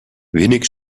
wenig